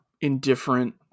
indifferent